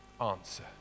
answer